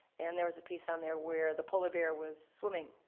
and there was a piece on there where the polar bear was swimming,